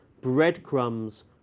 breadcrumbs